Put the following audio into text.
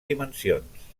dimensions